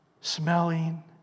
smelling